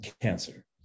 cancer